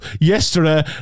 yesterday